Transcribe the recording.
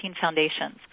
foundations